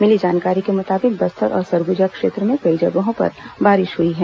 मिली जानकारी के मुताबिक बस्तर और सरगुजा क्षेत्र में कई जगहों पर बारिश हुई है